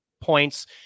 points